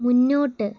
മുന്നോട്ട്